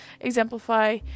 exemplify